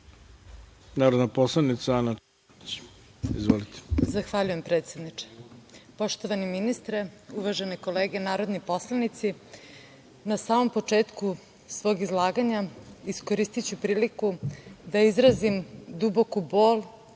narodna poslanica Ana Čarapić. Izvolite. **Ana Čarapić** Zahvaljujem, predsedniče. Poštovani ministre, uvažene kolege narodni poslanici, na samom početku svog izlaganja iskoristiću priliku da izrazim duboku bol